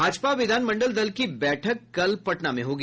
भाजपा विधानमंडल दल की बैठक कल पटना में होगी